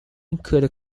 include